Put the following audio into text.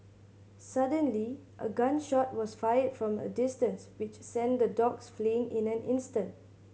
suddenly a gun shot was fired from a distance which sent the dogs fleeing in an instant